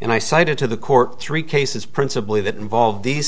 and i cited to the court three cases principally that involve these